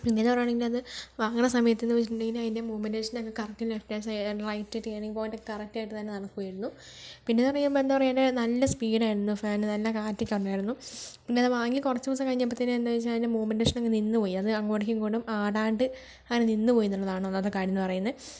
പിന്നേയെന്ന് പറയുകയാണെങ്കിൽ അത് വാങ്ങണ സമയത്തെന്ന് വെച്ചിട്ടുണ്ടെങ്കിൽ അതിൻ്റെ മൂമെന്റേഷൻ അക്കെ കറക്റ്റ് ലെഫ്റ് ആ സൈ ആയിരുന്നു റ്റേണിങ് പോയിൻറ്റ് ഒക്കെ കറക്റ്റ് ആയിട്ടു നടക്കുമായിരുന്നു പിന്നേയെന്ന് പറയുമ്പം എന്താ പറയുക നല്ല സ്പീഡ് ആയിരുന്നു ഫാനിന് നല്ല കാറ്റൊക്കെ ഉണ്ടായിരുന്നു പിന്നത് വാങ്ങി കുറച്ച് ദിവസം കഴിഞ്ഞപ്പോഴത്തേയ്ക്കും എന്താ വെച്ചാൽ അതിൻ്റെ മൂമെന്റേഷൻ ഒക്കെ നിന്നു പോയി അത് അങ്ങോട്ടും ഇങ്ങോട്ടും ആടാണ്ട് അങ്ങനെ നിന്ന് പോയിയെന്നുള്ളതാണ് ഒന്നാമത്തെ കാര്യം എന്ന് പറയുന്നത്